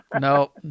No